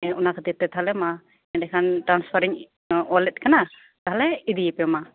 ᱚᱱᱟ ᱠᱷᱟᱹᱛᱤᱨ ᱛᱮ ᱛᱟᱦᱚᱞᱮ ᱢᱟ ᱮᱰᱮᱠᱷᱟᱱ ᱴᱨᱟᱥᱯᱷᱟᱨᱤᱧ ᱚᱞᱮᱫ ᱠᱟᱱᱟ ᱛᱟᱦᱚᱞᱮ ᱤᱫᱤᱭᱮᱯᱮ ᱢᱟ